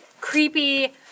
creepy